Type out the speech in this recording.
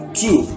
two